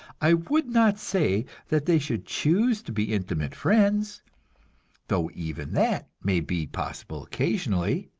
i would not say that they should choose to be intimate friends though even that may be possible occasionally.